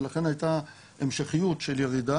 ולכן הייתה המשכיות של ירידה.